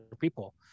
people